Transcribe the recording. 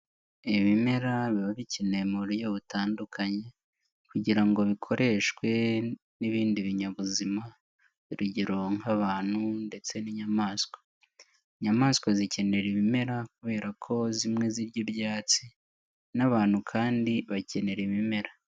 Ibimera biba bikenewe mu buryo butandukanye kugira ngo bikoreshwe n'ibindi binyabuzima, urugero nk'abantu ndetse n'inyamaswa. Inyamaswa zikenera ibimera kubera ko zimwe zirya ibyatsi n'abantu kandi bakenera ibimera.